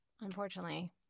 unfortunately